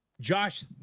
Josh